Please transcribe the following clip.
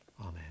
Amen